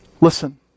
Listen